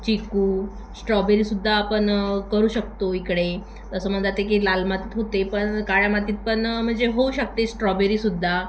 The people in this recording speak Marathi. चिकू स्ट्रॉबेरीसुद्धा आपण करू शकतो इकडे तसं मन जाते की लाल मातीत होते पण काळ्या मातीत पण म्हणजे होऊ शकते स्ट्रॉबेरीसुद्धा